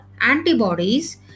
antibodies